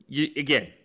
Again